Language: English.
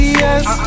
yes